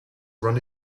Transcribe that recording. run